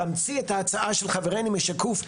תאמצי את ההצעה של חברנו מ"שקוף",